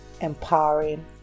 empowering